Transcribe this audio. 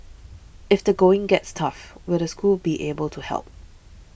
if the going gets tough will the school be able to help